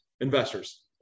investors